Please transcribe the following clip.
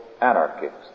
anarchists